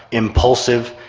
impulsive,